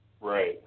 Right